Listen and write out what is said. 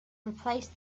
replace